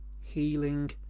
healing